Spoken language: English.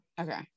okay